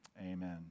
Amen